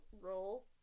roll